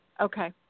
Okay